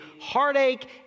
heartache